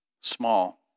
small